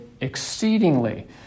exceedingly